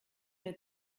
mehr